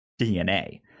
DNA